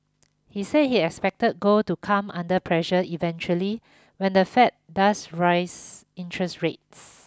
he said he expected gold to come under pressure eventually when the Fed does rise interest rates